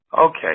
Okay